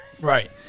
Right